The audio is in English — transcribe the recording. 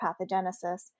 pathogenesis